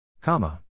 Comma